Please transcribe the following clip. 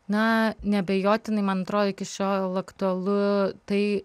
na neabejotinai man atrodo iki šiol aktualu tai